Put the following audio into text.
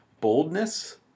boldness